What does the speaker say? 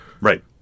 right